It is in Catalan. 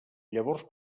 llavors